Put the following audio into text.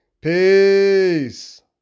peace